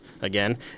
again